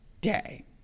day